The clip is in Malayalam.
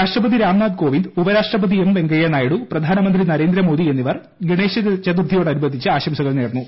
രാഷ്ട്രപതി രാംനാഥ് കോവിന്ദ് ഉപരാഷ്ട്രപതി എം വെങ്കയ്യ നായിഡു പ്രധാനമന്ത്രി നരേന്ദ്രമോദി എന്നിവർ ഗണേശ ചതുർത്ഥിയോട് അനുബന്ധിച്ച് ആശംസകൾ നേർന്നു